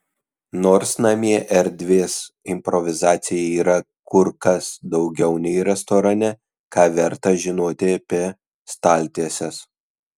nors namie erdvės improvizacijai yra kur kas daugiau nei restorane ką verta žinoti apie staltieses